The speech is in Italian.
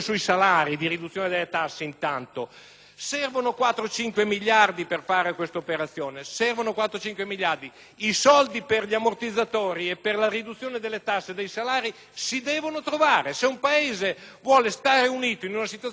Servono 4-5 miliardi per fare questa operazione. I soldi per gli ammortizzatori sociali e per la riduzione delle tasse sui salari si devono trovare; se un Paese vuole stare unito in una situazione di crisi come questa i soldi per queste cose li deve trovare.